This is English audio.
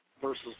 versus